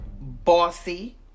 Bossy